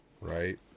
right